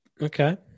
Okay